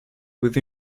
with